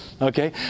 Okay